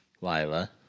Lila